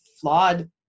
flawed